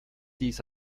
dies